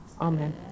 Amen